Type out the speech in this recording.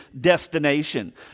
destination